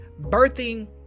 birthing